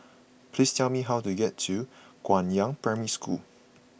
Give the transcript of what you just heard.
please tell me how to get to Guangyang Primary School